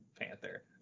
Panther